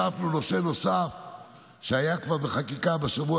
הוספנו נושא שכבר היה בחקיקה בשבוע